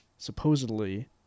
supposedly